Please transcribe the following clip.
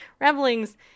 revelings